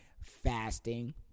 fasting